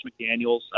McDaniels